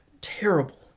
terrible